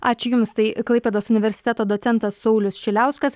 ačiū jums tai klaipėdos universiteto docentas saulius šiliauskas